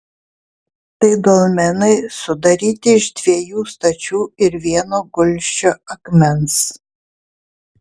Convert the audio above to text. tai dolmenai sudaryti iš dviejų stačių ir vieno gulsčio akmens